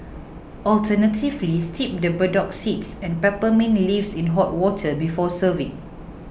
alternatively steep the burdock seeds and peppermint leaves in hot water before serving